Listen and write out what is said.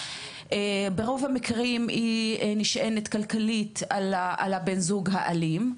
ברוב המקרים היא נשענת כלכלית על בן הזוג האלים.